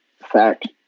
Fact